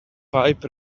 pipe